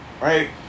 right